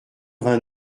vingt